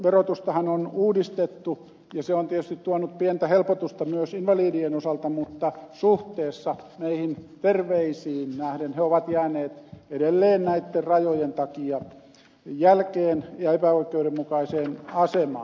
autoverotustahan on uudistettu ja se on tietysti tuonut pientä helpotusta myös invalidien osalta mutta suhteessa meihin terveisiin nähden he ovat jääneet edelleen näitten rajojen takia jälkeen ja epäoikeudenmukaiseen asemaan